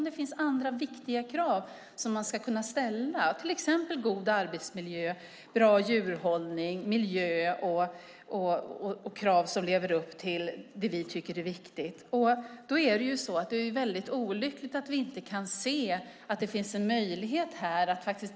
Det finns andra viktiga krav som kan ställas, till exempel god arbetsmiljö, bra djurhållning och att leva upp till de krav vi tycker är viktiga. Det är olyckligt att vi inte kan se att det finns en möjlighet.